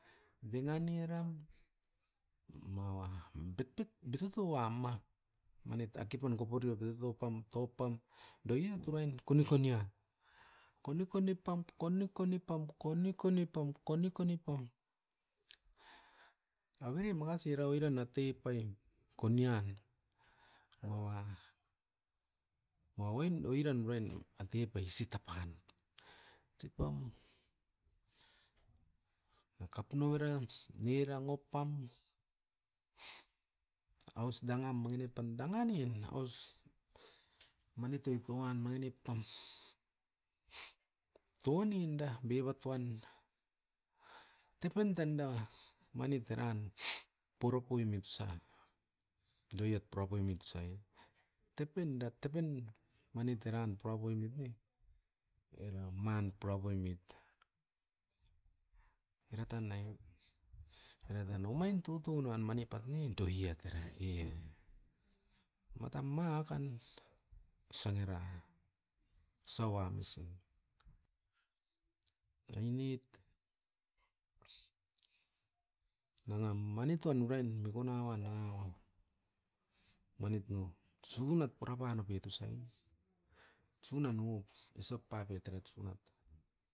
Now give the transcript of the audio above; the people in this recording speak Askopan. Dengan eram, mava bitbit bitutu wam a, manit a kipan koporio betato pam, tou pam doiat urain konikoni'a, konikoni pam, konikoni pam, konikoni pam, konikoni pam. Avere makasi rau oira na teipaim konian maua, mau wain oiran urain a teipai sita pan tsipam makap nou eran nirang oupam. Aus danga mangi nip pan danga nin, os manit oi tuan, mangi nip pam. Tou a ninda bebatoan, tepen tanda manit eran poro poimit osan, doiat purapoimit osa e. Tependa tepen manit eran pura poimit ne. Era man pura poimit, era tan ai, era tan omain tutu nan mani pan ne doiat era e, matan mangakan osan era. Osau amisin, ainit nanga mani toan urain mikuna uan, nanga uan. Manit no sunat pura panopit osa i, sunan wok esop papiot erat sunat.